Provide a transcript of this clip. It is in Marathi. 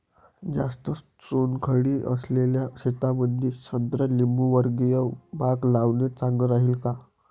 जास्त चुनखडी असलेल्या शेतामंदी संत्रा लिंबूवर्गीय बाग लावणे चांगलं राहिन का?